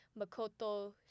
makoto